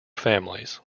families